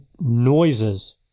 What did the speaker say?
noises